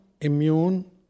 immune